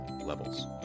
levels